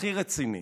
והכי רציני: